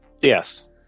Yes